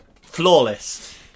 flawless